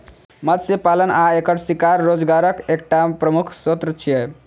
मत्स्य पालन आ एकर शिकार रोजगारक एकटा प्रमुख स्रोत छियै